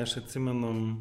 aš atsimenu